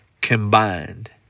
combined